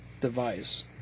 device